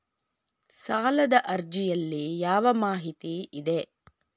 ಸಾಲದ ಅರ್ಜಿಯಲ್ಲಿ ಯಾವ ಮಾಹಿತಿ ಇದೆ?